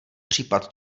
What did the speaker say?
případ